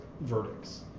verdicts